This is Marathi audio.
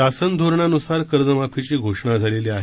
शासन धोरणानुसार कर्जमाफीची घोषणा झालेली आहे